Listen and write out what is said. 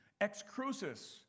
excrucis